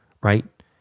right